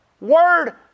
word